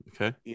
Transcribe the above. Okay